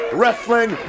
wrestling